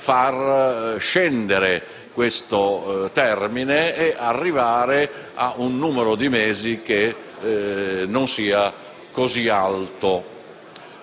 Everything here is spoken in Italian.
far scendere questo termine e arrivare a un numero di mesi non così elevato.